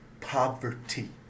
poverty